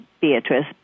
Beatrice